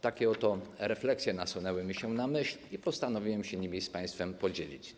Takie oto refleksje nasunęły mi się na myśl i postanowiłem się nimi z państwem podzielić.